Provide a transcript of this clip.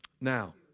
Now